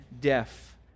deaf